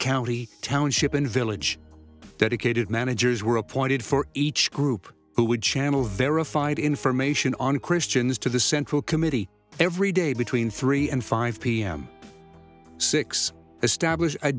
county township and village dedicated managers were appointed for each group who would channel verified information on christians to the central committee every day between three and five pm six establish a